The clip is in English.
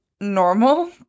normal